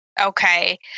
okay